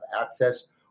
access